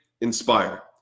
inspire